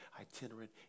itinerant